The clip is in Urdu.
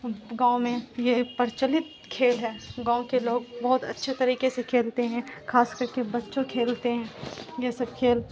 گاؤں میں یہ پرچلت کھیل ہے گاؤں کے لوگ بہت اچھے طریقے سے کھیلتے ہیں خاص کر کے بچوں کھیلتے ہیں یہ سب کھیل